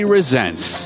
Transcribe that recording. Resents